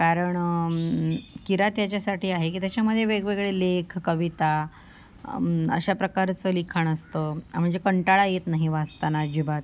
कारण किरात याच्यासाठी आहे की त्याच्यामध्ये वेगवेगळे लेख कविता अशाप्रकारचं लिखाण असतं म्हणजे कंटाळा येत नाही वाचताना अजिबात